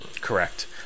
Correct